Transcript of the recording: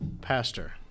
Pastor